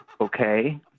Okay